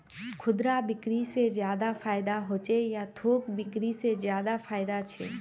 खुदरा बिक्री से ज्यादा फायदा होचे या थोक बिक्री से ज्यादा फायदा छे?